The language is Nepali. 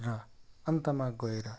र अन्तमा गएर